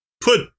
put